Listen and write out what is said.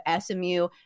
SMU